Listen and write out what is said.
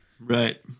Right